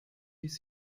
ließ